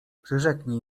przyrzeknij